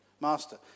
master